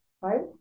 Right